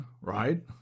right